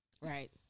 Right